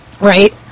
Right